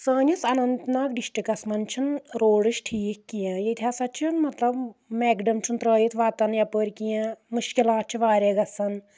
سٲنِس Anantnag districts منٛز چھُنہٕ روڈ س ٹھیٖک کینٛہہ ییٚتہِ ہسا چھہٕ مطلب مؠگڈَم چُھنہٕ ترٲیِتھ وتن یپٲرۍ کینٛہہ مُشکِلات چھُ واریاہ گَژھان